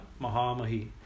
Mahamahi